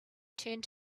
turned